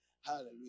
Hallelujah